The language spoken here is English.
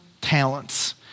talents